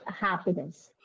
Happiness